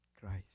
Christ